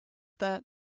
that